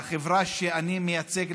לחברה שאני מייצג,